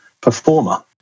performer